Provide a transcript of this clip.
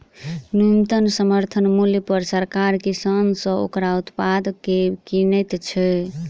न्यूनतम समर्थन मूल्य पर सरकार किसान सॅ ओकर उत्पाद के किनैत छै